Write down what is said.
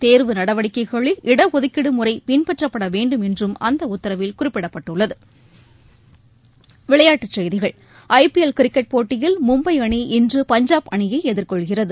தேர்வு நடவடிக்கைகளில் இடஒதுக்கீடுமுறைபின்பற்றப்படவேண்டும் என்றும் அந்தஉத்தரவில் குறிப்பிடப்பட்டுள்ளது விளையாட்டுச் செய்திகள் ஜபிஎல் கிரிக்கெட் போட்டியில் மும்பைஅணி இன்று பஞ்சாப் அணியைஎதிர்கொள்கிறது